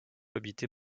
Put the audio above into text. habités